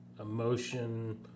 emotion